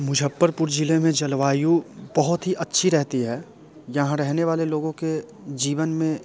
मुज़्फ़्फ़रपुर ज़िले में जलवायु बहुत ही अच्छी रहती है यहाँ रहने वाले लोगों के जीवन में